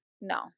No